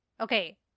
okay